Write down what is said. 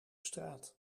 straat